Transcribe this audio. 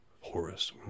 horus